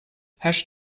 hash